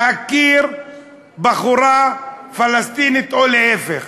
להכיר בחורה פלסטינית או להפך.